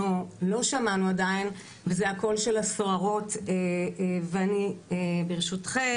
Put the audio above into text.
לא שמענו עדיין וזה הקול של הסוהרות ואני ברשותכם,